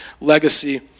legacy